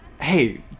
Hey